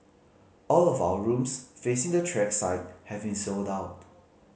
all of our rooms facing the track side have been sold out